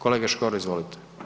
Kolega Škoro izvolite.